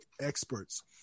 experts